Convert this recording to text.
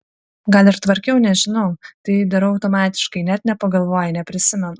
gal ir tvarkiau nežinau tai darau automatiškai net nepagalvoju neprisimenu